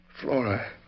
Flora